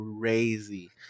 crazy